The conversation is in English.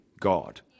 God